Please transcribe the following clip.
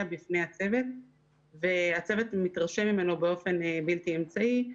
בפני הצוות והצוות מתרשם ממנו באופן בלתי אמצעי,